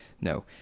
No